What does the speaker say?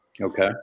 Okay